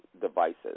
devices